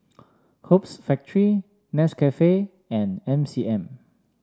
Hoops Factory Nescafe and M C M